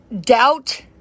Doubt